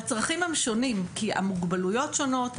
והצרכים הם שונים כי המוגבלויות שונות,